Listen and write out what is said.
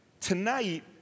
tonight